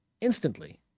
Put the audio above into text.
instantly